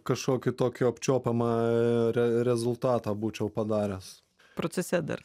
kažkokį tokį apčiuopiamą re rezultatą būčiau padaręs procese dar